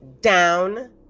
down